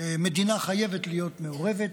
והמדינה חייבת להיות מעורבת,